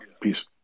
peace